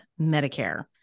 Medicare